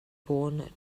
born